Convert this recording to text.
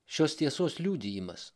šios tiesos liudijimas